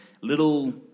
little